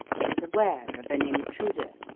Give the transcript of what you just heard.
he was aware of an intruder.